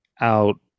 out